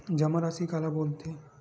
जमा राशि काला बोलथे?